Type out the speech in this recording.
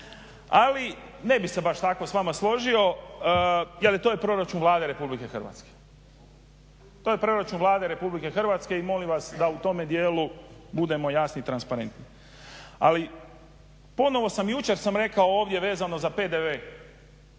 Ali ne bih se baš tako s vama složio, jer to je proračun Vlade RH. To je proračun Vlade RH i molim vas da u tome dijelu budemo jasni i transparentni. Ali ponovo sam, jučer sam rekao ovdje vezano za PDV.